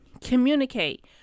Communicate